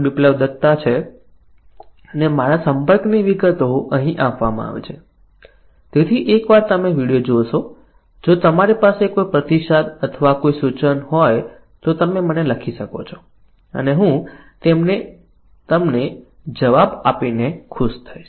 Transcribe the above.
બિપ્લબ દત્તા છે અને મારા સંપર્કની વિગતો અહીં આપવામાં આવી છે તેથી એકવાર તમે વિડીયો જોશો જો તમારી પાસે કોઈ પ્રતિસાદ અથવા કોઈ સૂચન હોય તો તમે મને લખી શકો છો અને હું તેમને જવાબ આપીને ખુશ થઈશ